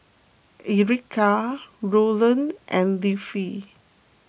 Erica Rowland and Leafy